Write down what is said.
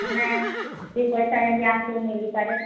ମାନେ ଦୁଇ ପଇସା ଯେମିତି ଆମକୁ ମିଳିପାରେ